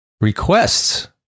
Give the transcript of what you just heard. requests